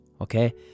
okay